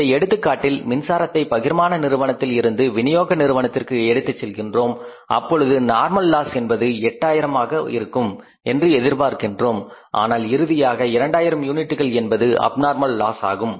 இந்த எடுத்துக்காட்டில் மின்சாரத்தை பகிர்மான நிறுவனத்தில் இருந்து வினியோக நிறுவனத்திற்கு எடுத்துச் செல்கின்றோம் அப்பொழுது நார்மல் லாஸ் என்பது 8000 ஆக இருக்கும் என்று எதிர்பார்க்கின்றோம் ஆனால் இறுதியாக 2000 யூனிட்டுகள் என்பது அப்நார்மல் லாஸ் ஆகும்